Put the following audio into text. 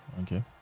okay